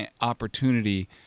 opportunity